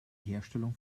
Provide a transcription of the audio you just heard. herstellung